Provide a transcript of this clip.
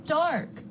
dark